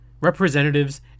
representatives